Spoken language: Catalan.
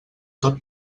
tot